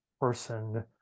person